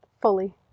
fully